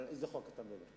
על איזה חוק אתה מדבר?